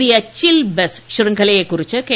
പുതിയ chill bus ശൃംഖലയെക്കുറിച്ച് K